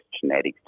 genetics